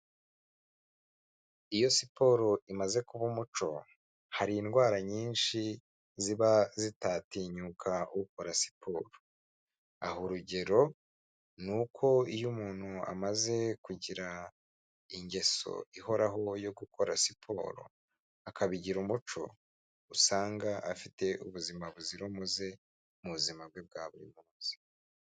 Iyo siporo imaze kuba umuco hari indwara nyinshi ziba zitatinyuka ukora siporo. Aha urugero ni uko iyo umuntu amaze kugira ingeso ihoraho yo gukora siporo, akabigira umuco, usanga afite ubuzima buzira umuze mu buzima bwe bwa buri munsi.